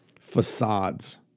facades